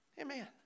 Amen